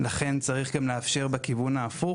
אז צריך גם לאפשר בכיוון ההפוך